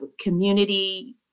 community